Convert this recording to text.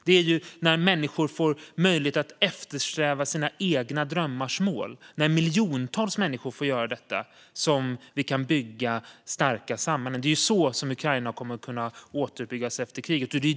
Det är när miljontals människor får möjlighet att eftersträva sina egna drömmars mål som vi kan bygga starka samhällen, och det är så Ukraina kommer att kunna återuppbyggas efter kriget.